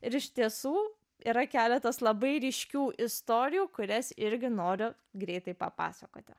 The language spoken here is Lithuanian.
ir iš tiesų yra keletas labai ryškių istorijų kurias irgi noriu greitai papasakoti